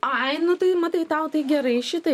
ai nu tai matai tau tai gerai šitaip